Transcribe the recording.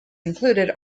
included